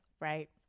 Right